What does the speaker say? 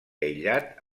aïllat